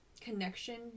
connection